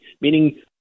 meaning